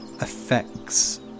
affects